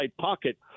pocket